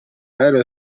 aereo